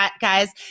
guys